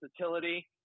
versatility